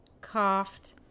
coughed